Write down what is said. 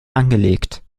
angelegt